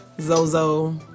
Zozo